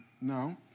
No